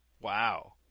Wow